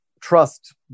trust